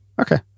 Okay